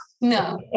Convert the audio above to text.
no